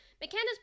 McKenna's